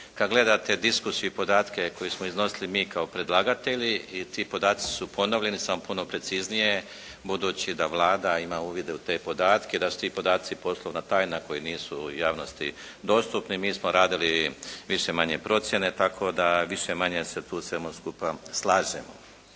Kad gledate diskusiju i podatke koje smo iznosili mi kao predlagatelji i ti podaci su ponovljeni samo puno preciznije, budući da vlada ima uvide u te podatke, da su ti podaci poslovna tajna koji nisu javnosti dostupni. Mi smo radili više-manje procjene tako da više-manje se tu u svemu skupa slažemo.